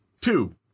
Two